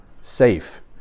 safe